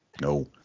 No